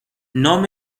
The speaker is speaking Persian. نام